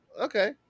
Okay